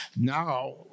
Now